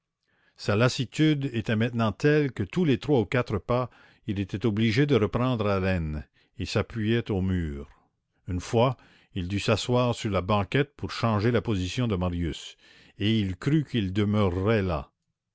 sa lassitude était maintenant telle que tous les trois ou quatre pas il était obligé de reprendre haleine et s'appuyait au mur une fois il dut s'asseoir sur la banquette pour changer la position de marius et il crut qu'il demeurerait là